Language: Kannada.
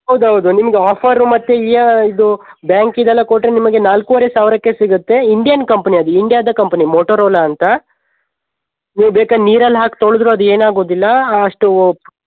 ಹೌದ್ ಹೌದು ನಿಮ್ಗೆ ಆಫರು ಮತ್ತು ಇಯಾ ಇದು ಬ್ಯಾಂಕಿದು ಎಲ್ಲ ಕೊಟ್ಟರೆ ನಿಮಗೆ ನಾಲ್ಕೂವರೆ ಸಾವಿರಕ್ಕೆ ಸಿಗುತ್ತೆ ಇಂಡಿಯನ್ ಕಂಪ್ನಿ ಅದು ಇಂಡಿಯಾದ ಕಂಪ್ನಿ ಮೋಟೊರೋಲ ಅಂತ ನೀವು ಬೇಕಾರೆ ನೀರಲ್ಲಿ ಹಾಕಿ ತೊಳೆದ್ರೂ ಅದು ಏನಾಗೋದಿಲ್ಲ ಅಷ್ಟು ಓಪ್